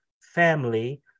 family